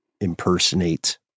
impersonate